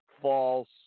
False